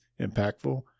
impactful